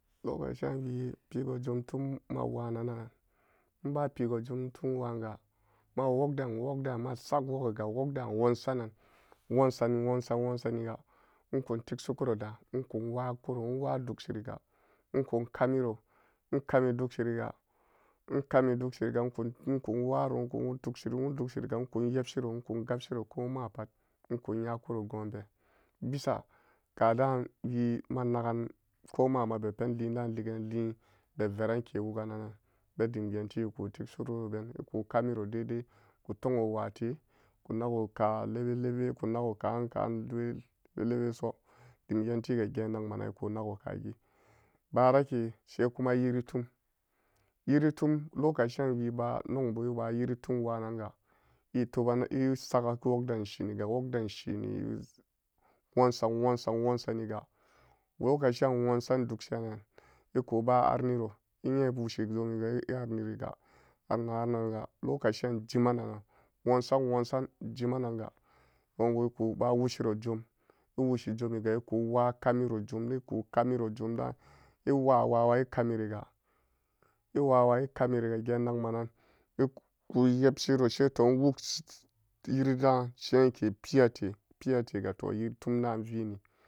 Lokaci an wii pigo jom tam ma waa nanna emba pigo-jom tum wa'anga ma wugaden-wugden masag wugiga wagden a nwwasanan, nwasani nwansan nwansaniga ekun tikshikuro da ekunwakuro nwa dukshiriga ekan kamiro ekami dukshiriga, ekamidukshiriga ekun, ekun nwaro ekun tukshiriga, edugshiriga ekun yepshiro ekun gapshiru koma pat ekun nyakoro goonbe bisa kadaan wii ma nagan komama be penlien da'an legan lien be veranke wusanan-nan be dim geenti eku tikshiroben eka kamiro daidai ku tongowote kunagoka lege lege kunago ka'an ka'an legeso dim geen tiga geen nagmanan eku nago ka geen barake saikuma yiri tum, yiritum lokaci'an wiiba nongbu iwa yirituni nwan-nanga etoban esagaku wugden shien niga wugdenshieni wansan, wansan, wansaniga lokaci'an wansan dukshi'anga ekuba harni ro nyen iwoshi jommiga eharniriga anag-an-nanja lokaci'an jima-nanan wansan, wansan, jimananga goonbu ekuba washiriro jom ewushi jommiga eku wakamiro jom eku kamiro jom da'an iwa, wa, wa, wa ekamiriga geen nagma nan eku-eku yepshiro saito yiridaan sheenke piatega piatega to yiritum dalan vini.